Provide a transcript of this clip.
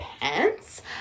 pants